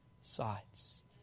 sides